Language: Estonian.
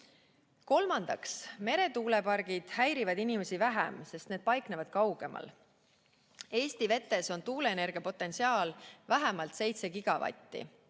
meretuulepargid häirivad inimesi vähem, sest need paiknevad kaugemal. Eesti vetes on tuuleenergia potentsiaal vähemalt seitse gigavatti.